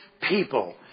people